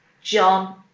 John